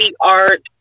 art